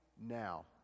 now